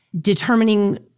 determining